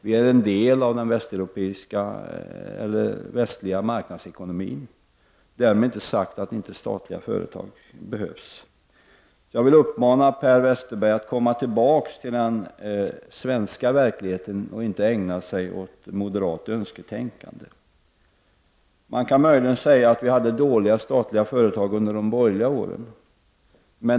Vi är en del av den västliga marknadekonomin. Därmed inte sagt att statliga företag inte behövs. Jag vill uppmana Per Wes terberg att komma tillbaka till den svenska verkligheten och inte ägna sig åt moderat önsketänkande. Man kan möjligen säga att vi hade dåliga statliga företag under de borgerliga åren.